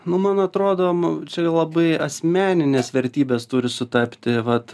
nu man atrodom čia labai asmeninės vertybės turi sutapti vat